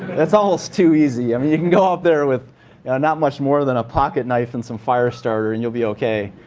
it's almost too easy. i mean you can go up there with not much more than a pocketknife and some fire starter and you'll be okay.